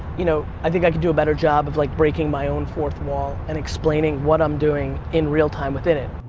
you know i think i can do a better job of like breaking my own fourth wall and explaining what i'm doing in real time within in it.